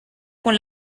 con